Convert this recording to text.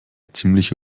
ziemliche